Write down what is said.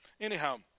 Anyhow